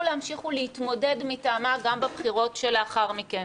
להמשיך ולהתמודד מטעמה גם בבחירות שלאחר מכן.